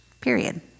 Period